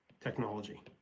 Technology